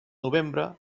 novembre